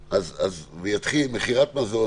ותתחיל מכירת מזון